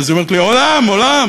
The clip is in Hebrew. אז היא אומרת לי: עולם, עולם.